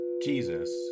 Jesus